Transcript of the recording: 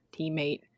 teammate